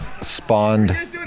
spawned